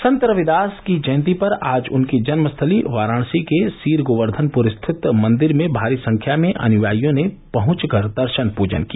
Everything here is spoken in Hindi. संत रविदास की जयंती पर आज उनकी जन्मस्थली वाराणसी के सीर गोर्व्धनपुर स्थित मंदिर में भारी संख्या में अनुयायियों ने पहुंचकर दर्शन पूजन किया